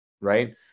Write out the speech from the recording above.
Right